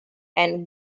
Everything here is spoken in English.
and